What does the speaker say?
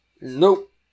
Nope